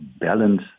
balance